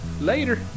Later